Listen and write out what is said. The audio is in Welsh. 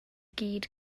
gyd